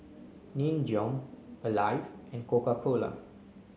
Nin Jiom Alive and Coca cola